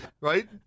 right